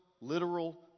literal